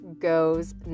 goes